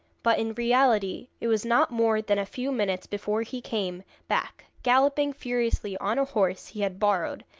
but in reality it was not more than a few minutes before he came back, galloping furiously on a horse he had borrowed,